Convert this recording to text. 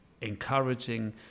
Encouraging